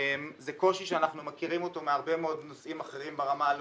זה קושי שאנחנו מכירים אותו מהרבה מאוד נושאים אחרים ברמה הלאומית,